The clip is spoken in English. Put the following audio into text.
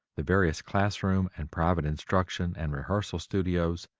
the various classroom and private instruction and rehearsal studios,